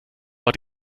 war